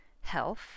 health